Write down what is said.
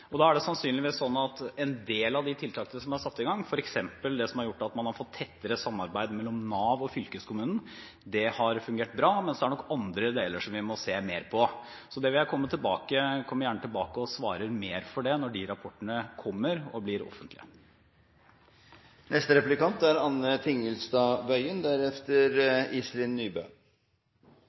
og da er det sannsynligvis slik at en del av de tiltakene som er satt i gang, f.eks. det som har gjort at man har fått tettere samarbeid mellom Nav og fylkeskommunen, har fungert bra, men så er det nok andre deler vi må se mer på. Jeg kommer gjerne tilbake og svarer mer for det når de rapportene kommer og blir offentlige.